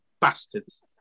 Bastards